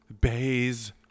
Bays